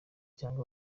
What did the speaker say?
cyangwa